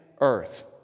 Earth